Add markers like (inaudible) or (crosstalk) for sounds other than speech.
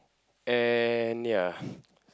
and ya (breath)